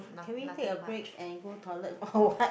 can be take a break and go toilet or what